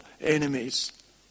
enemies